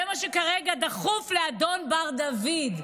זה מה שכרגע דחוף לאדון בר דוד.